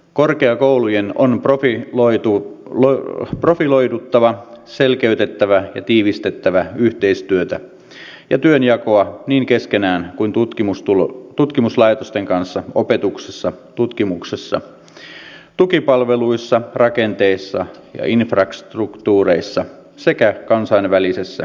korkeakoulujen on profiloiduttava selkeytettävä ja tiivistettävä yhteistyötä ja työnjakoa niin keskenään kuin myös tutkimuslaitosten kanssa opetuksessa tutkimuksessa tukipalveluissa rakenteissa ja infrastruktuureissa sekä kansainvälisessä yhteistyössä